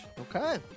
Okay